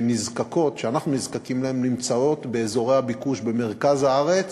שאנחנו נזקקים להן נמצאות באזורי הביקוש במרכז הארץ,